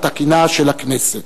התקינה של הכנסת.